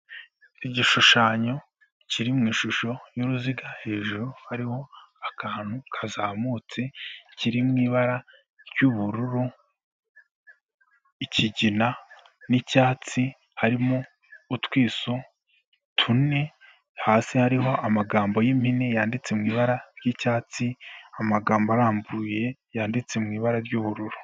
Igishushanyo kiri mu ishusho y'uruziga, hejuru hariho akantu kazamutse, kiri mu ibara ry'ubururu, ikigina n'icyatsi, harimo utwiso tune, hasi hariho amagambo y'impine yanditse mu ibara ry'icyatsi, amagambo arambuye yanditse mu ibara ry'ubururu.